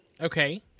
Okay